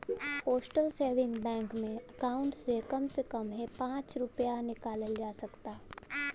postal saving bank में account से कम से कम हे पचास रूपया निकालल जा सकता